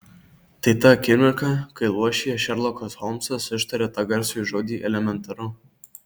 tai ta akimirka kai luošyje šerlokas holmsas ištaria tą garsųjį žodį elementaru